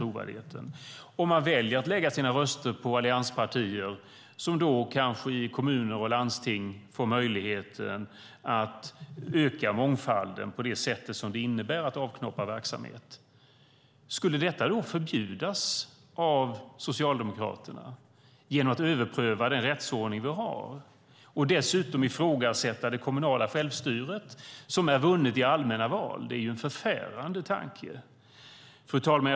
Om väljarna då lägger sin röst på allianspartier som kanske i kommuner och landsting får möjligheten att öka mångfalden till exempel genom att avknoppa verksamhet, skulle detta då förbjudas av Socialdemokraterna genom att vi överprövar den rättsordning vi har och därigenom dessutom ifrågasätter det kommunala självstyret som är vunnet i allmänna val? Det är en förfärande tanke. Fru talman!